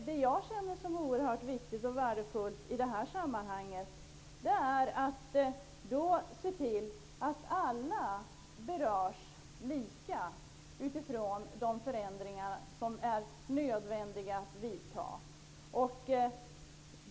Det jag känner som oerhört viktigt och värdefullt i det här sammanhanget är att se till att alla berörs lika av de förändringar som är nödvändiga att genomföra.